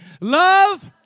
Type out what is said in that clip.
Love